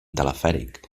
telefèric